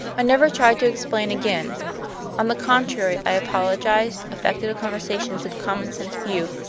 i never tried to explain again on the contrary, i apologized, affected a conversion to the common-sense view,